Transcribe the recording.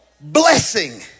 blessing